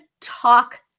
talk